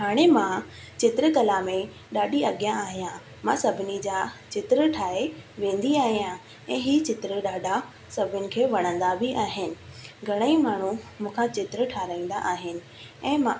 हाणे मां चित्रकला में ॾाढी अॻियां आहियां मां सभिनी जा चित्र ठाहे वेंदी आहियां ऐं हीउ चित्र ॾाढा सभिनि खे वणंदा बि आहिनि घणेई माण्हू मूं खां चित्र ठाहिराईंदा आहिनि ऐं मां